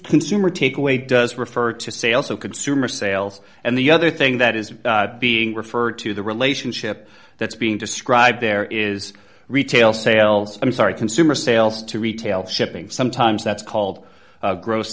consumer takeaway does refer to say also consumer sales and the other thing that is being referred to the relationship that's being described there is retail sales i'm sorry consumer sales to retail shipping sometimes that's called gross